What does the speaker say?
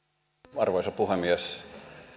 arvoisa puhemies